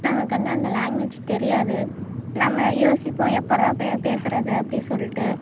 நமக்கு வந்து அந்த லாங்குவேஜ் தெரியாது நம்ம யோசிப்போம் எப்படிரா பே பேசுறது அப்படி சொல்லிட்டு